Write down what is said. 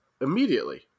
immediately